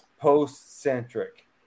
post-centric